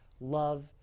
Love